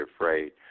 afraid